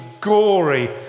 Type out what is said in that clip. gory